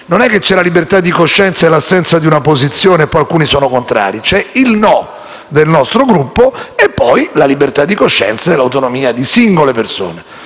non ci sono la libertà di coscienza e l'assenza di una posizione e poi alcuni sono contrari; ci sono il no del nostro Gruppo e poi la libertà di coscienza e l'autonomia di singole persone.